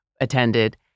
attended